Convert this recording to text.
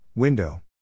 Window